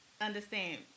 understand